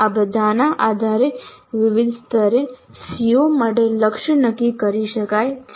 આ બધાના આધારે વિવિધ સ્તરે CO માટે લક્ષ્ય નક્કી કરી શકાય છે